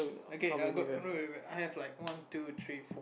okay err go no wait I have like one two three four